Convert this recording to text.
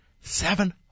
seven